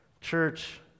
Church